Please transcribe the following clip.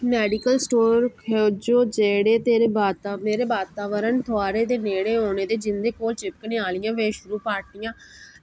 medical store खोजो जेह्ड़े तेरे वाता मेरे वर्तमान थाह्रै दे नेड़ै होन ते जिं'दे कोल चिपकने आह्लियां वॉशप्रूफ पटियां